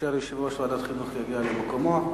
כאשר יושב-ראש ועדת החינוך יגיע למקומו.